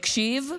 הקשיב,